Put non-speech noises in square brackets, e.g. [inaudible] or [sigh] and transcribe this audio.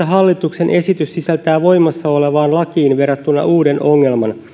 [unintelligible] hallituksen esitys sisältää voimassa olevaan lakiin verrattuna uuden ongelman